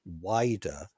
wider